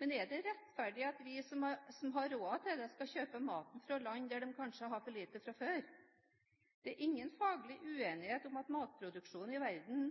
Men er det rettferdig at vi som har råd til det, skal kjøpe maten fra land der de kanskje har for lite fra før? Det er ingen faglig uenighet om at matproduksjonen i verden